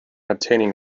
obtaining